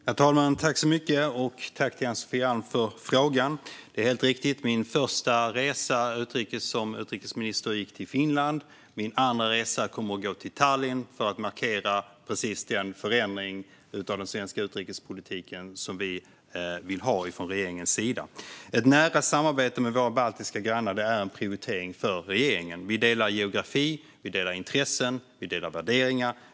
Herr talman! Jag tackar Ann-Sofie Alm för frågan. Detta är helt riktigt. Min första resa utrikes som utrikesminister gick till Finland. Min andra resa kommer att gå till Tallinn för att markera precis den förändring av den svenska utrikespolitiken som vi vill ha från regeringens sida. Ett nära samarbete med våra baltiska grannar är en prioritering för regeringen. Vi delar geografi. Vi delar intressen. Vi delar värderingar.